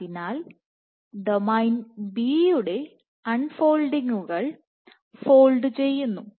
അതിനാൽ domain Domain B യുടെ അൺ ഫോൾഡിങ്ങുകൾ ഫോൾഡ് ചെയ്യുന്നു